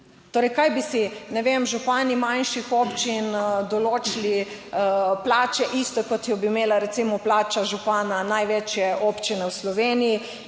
Torej, kaj bi si, ne vem, župani manjših občin določili plače isto kot jo bi imela recimo plača župana največje občine v Sloveniji